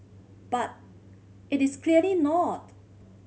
but it is clearly not